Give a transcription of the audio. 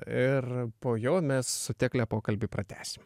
ir po jo mes su tekle pokalbį pratęsim